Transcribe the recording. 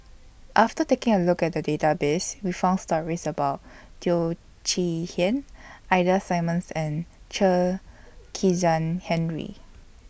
after taking A Look At The Database We found stories about Teo Chee Hean Ida Simmons and Chen Kezhan Henri